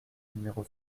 numéro